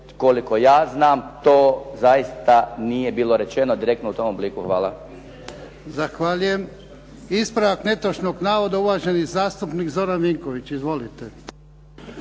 koliko ja znam to zaista nije bilo rečeno direktno u tom obliku. Hvala. **Jarnjak, Ivan (HDZ)** Zahvaljujem. Ispravak netočnog navoda, uvaženi zastupnik Zoran Vinković. Izvolite.